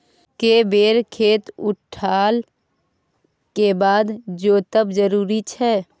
के बेर खेत उठला के बाद जोतब जरूरी छै?